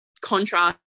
contrast